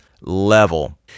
level